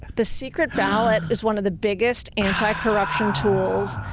the secret ballot is one of the biggest anti-corruption tools.